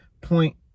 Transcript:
point